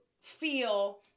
feel